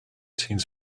teens